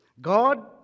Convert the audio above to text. God